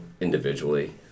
individually